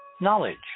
knowledge